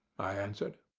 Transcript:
i answered.